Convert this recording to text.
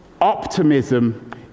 optimism